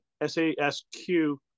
S-A-S-Q